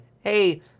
hey